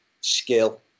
skill